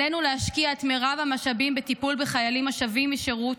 עלינו להשקיע את מרב המשאבים בטיפול בחיילים השבים משירות